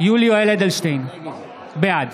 יולי יואל אדלשטיין, בעד